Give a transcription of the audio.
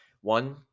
One